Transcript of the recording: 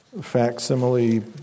facsimile